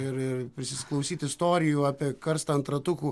ir ir prisisklausyt istorijų apie karstą ant ratukų